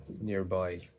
nearby